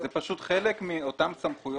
זה פשוט חלק מאותן סמכויות